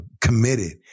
committed